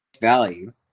value